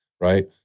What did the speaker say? right